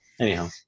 anyhow